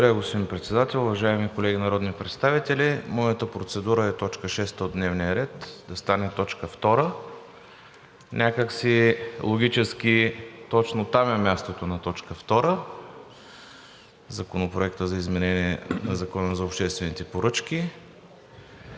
Благодаря, господин Председател. Уважаеми колеги народни представители! Моята процедура е точка шеста от дневния ред да стане точка втора. Някак си логически точно там е мястото на точка втора – Законопроекта за изменение на Закона за обществените поръчки.